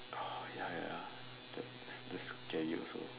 oh ya ya ya that that's scary also